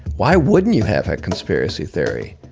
why wouldn't you have a conspiracy theory?